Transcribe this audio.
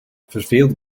verveeld